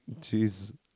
jeez